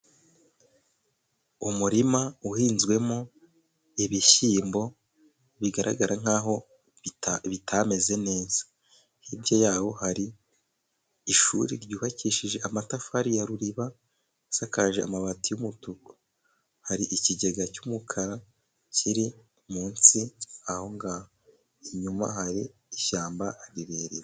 Umurima uhinzwemo ibishyiyimbo, bigaragara nkaho bitameze neza, hirya yaho hari ishuri ryubakishije amatafari ya ruriba, asakaje amabati y' umutuku, hari ikigega cy' umukara kiri munsi ahongaho, inyuma hari ishyamba rirerire.